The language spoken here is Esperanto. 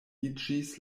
iĝis